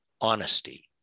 honesty